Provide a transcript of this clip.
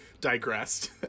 digressed